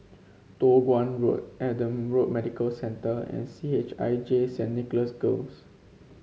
Toh Guan Road Adam Road Medical Centre and C H I J Saint Nicholas Girls